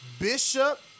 Bishop